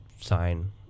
sign